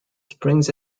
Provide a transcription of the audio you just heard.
springs